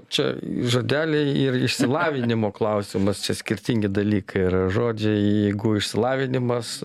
čia žodeliai ir išsilavinimo klausimas čia skirtingi dalykai yra žodžiai jeigu išsilavinimas